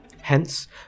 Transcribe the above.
Hence